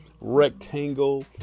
rectangle